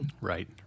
Right